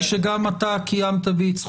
האם שומר מידע לגבי אזרחים,